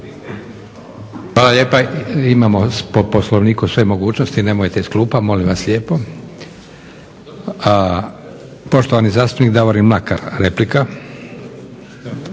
Hvala lijepa, imamo po Poslovniku sve mogućnosti, nemojte iz klupa, molim vas lijepo. Poštovani zastupnik Davorin Mlakar. Replika.